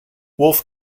wolf